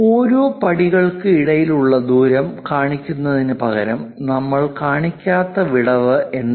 ഓരോ പടികൾക്കു ഇടയിൽ ഉള്ള ദൂരം കാണിക്കുന്നതിനുപകരം നമ്മൾ കാണിക്കാത്ത വിടവ് എന്താണ്